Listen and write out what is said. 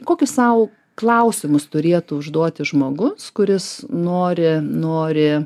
kokius sau klausimus turėtų užduoti žmogus kuris nori nori